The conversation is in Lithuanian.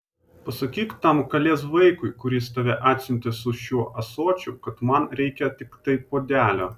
pasakyk tam kalės vaikui kuris tave atsiuntė su šiuo ąsočiu kad man reikia tiktai puodelio